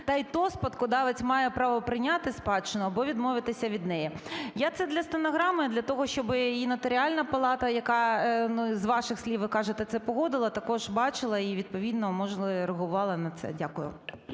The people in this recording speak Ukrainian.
та і то спадкодавець має право прийняти спадщину або відмовитись від неї". Я це для стенограми, для того щоб і Нотаріальна палата, яка з ваших слів, ви кажете, це погодила, також бачила і відповідно, можливо, реагувала на це. Дякую.